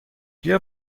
بیا